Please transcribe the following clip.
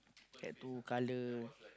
had to color